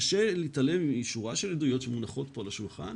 קשה להתעלם משורה של עדויות שמונחות כאן על השולחן